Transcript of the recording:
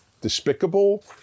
despicable